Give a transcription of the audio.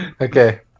Okay